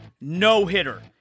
no-hitter